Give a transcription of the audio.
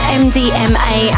mdma